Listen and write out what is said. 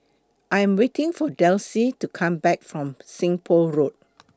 I Am waiting For Desi to Come Back from Seng Poh Road